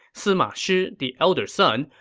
sima shi, the elder son,